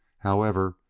however,